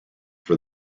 for